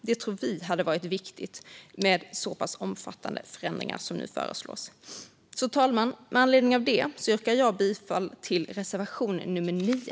Det tror Moderaterna hade varit viktigt med tanke på de omfattande förändringar som nu föreslås. Fru talman! Med anledning av detta yrkar jag bifall till reservation 9.